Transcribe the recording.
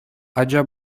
ача